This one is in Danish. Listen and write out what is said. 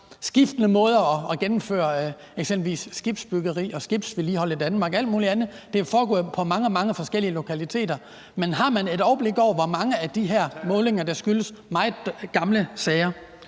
skiftende måder at gennemføre skibsbyggeri, skibsvedligehold og alt muligt andet på, og det er jo foregået på mange, mange forskellige lokaliteter. Men har man et overblik over, hvor mange af de her målinger der skyldes meget gamle sager?